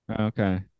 okay